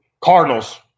Cardinals